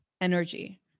energy